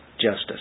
justice